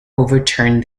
overturned